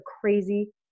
crazy